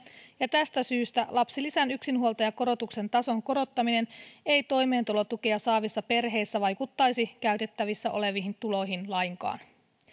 ja tästä syystä lapsilisän yksinhuoltajakorotuksen tason korottaminen ei toimeentulotukea saavissa perheissä vaikuttaisi käytettävissä oleviin tuloihin lainkaan